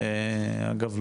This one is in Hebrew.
אגב,